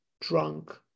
drunk